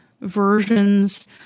versions